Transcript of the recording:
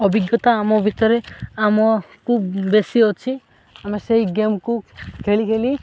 ଅଭିଜ୍ଞତା ଆମ ଭିତରେ ଆମକୁୁ ବେଶୀ ଅଛି ଆମେ ସେଇ ଗେମ୍କୁ ଖେଳି ଖେଳି